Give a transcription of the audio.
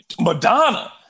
Madonna